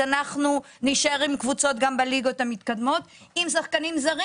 אז אנחנו נישאר עם קבוצות גם בליגות המתקדמות עם שחקנים זרים